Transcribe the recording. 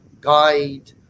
guide